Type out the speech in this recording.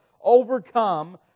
overcome